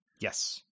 Yes